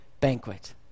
banquet